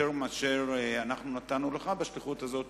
יותר מאשר אנחנו נתנו לך בשליחות הזאת,